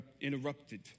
interrupted